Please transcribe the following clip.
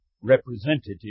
representative